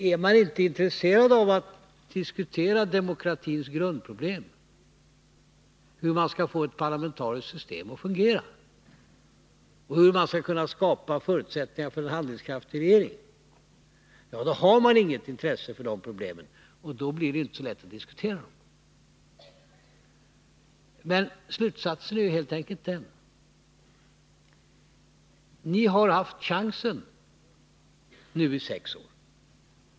Är man inte intresserad av att diskutera demokratins grundproblem — hur man skall få ett parlamentariskt system att fungera, hur man skall kunna skapa förutsättningar för en handlingskraftig regering — då har man inget intresse för de problemen. Då blir det inte så lätt att diskutera. Slutsatsen är helt enkelt: ni har haft chansen i sex år.